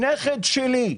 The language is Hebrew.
הנכד שלי,